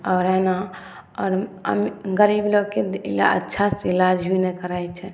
आओर हइ ने आओर गरीब लोकके अच्छासँ ईलाज भी नहि करै छै